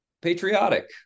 patriotic